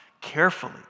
carefully